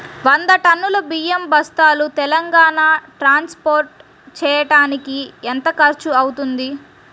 వంద టన్నులు బియ్యం బస్తాలు తెలంగాణ ట్రాస్పోర్ట్ చేయటానికి కి ఎంత ఖర్చు అవుతుంది?